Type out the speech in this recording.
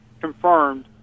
confirmed